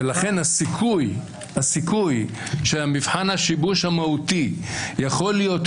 ולכן הסיכוי שמבחן השיבוש המהותי יכול להיות